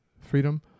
freedom